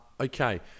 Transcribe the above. okay